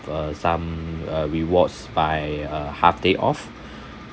uh some uh rewards by a half day off